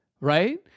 right